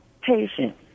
patient